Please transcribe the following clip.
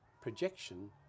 projection